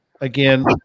Again